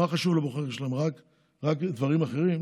מה חשוב לבוחרים שלכם, רק דברים אחרים?